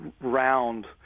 round